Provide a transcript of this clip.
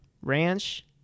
ranch